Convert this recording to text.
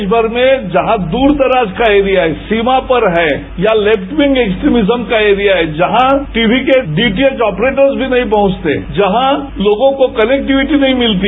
देशभर में जहां दूर दराज का एरिया है सीमा पर है या लेफ्टविंग एक्सविजम का एरिया है जहां टीवी के डीटीएच ऑपरेटरस भी नहीं पहंचते जहां लोगों को कनेक्टिविटी नहीं मिलती